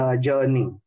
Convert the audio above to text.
journey